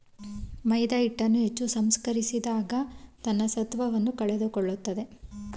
ಮೈದಾಹಿಟ್ಟನ್ನು ಹೆಚ್ಚು ಸಂಸ್ಕರಿಸಿದಾಗ ತನ್ನ ಸತ್ವವನ್ನು ಕಳೆದುಕೊಳ್ಳುತ್ತದೆ